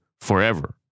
forever